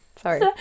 Sorry